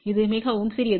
இது மிகவும் சிறியது